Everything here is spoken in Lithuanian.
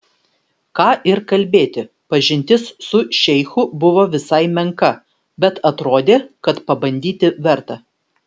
ką ir kalbėti pažintis su šeichu buvo visai menka bet atrodė kad pabandyti verta